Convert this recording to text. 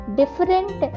different